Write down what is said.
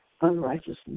unrighteousness